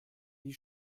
wie